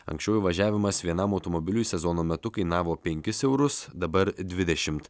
anksčiau įvažiavimas vienam automobiliui sezono metu kainavo penkis eurus dabar dvidešimt